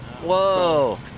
Whoa